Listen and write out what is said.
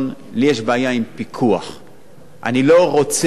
אני לא רוצה שאף ילד במדינת ישראל,